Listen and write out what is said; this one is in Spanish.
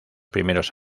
primeros